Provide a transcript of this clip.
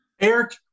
Eric